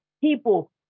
people